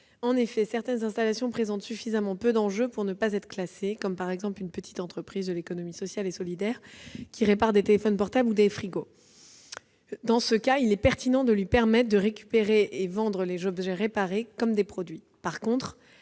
En effet, certaines installations présentent suffisamment peu d'enjeux pour ne pas être classées, comme une petite entreprise de l'économie sociale et solidaire qui répare des téléphones portables ou des réfrigérateurs. Dans ce cas, il est pertinent de lui permettre de récupérer et de vendre les objets réparés comme des produits.